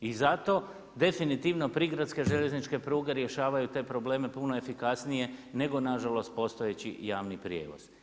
I zato definitivno prigradske željezničke pruge rješavaju te probleme puno efikasnije nego nažalost postojeći i javni prijevoz.